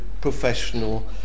professional